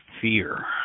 fear